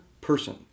person